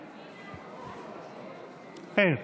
אין.